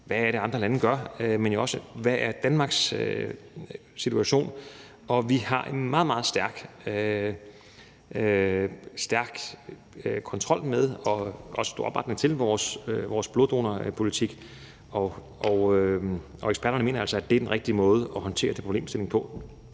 hvad andre lande gør, men jo også at se, hvad Danmarks situation er. Vi har en meget, meget stærk kontrol med det og også stor opbakning til vores bloddonorpolitik. Og eksperterne mener altså, at det er den rigtige måde at håndtere den problemstilling på.